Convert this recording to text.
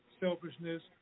selfishness